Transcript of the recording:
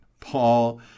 Paul